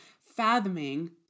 fathoming